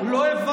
לא ידעתי.